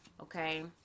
okay